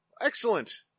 Excellent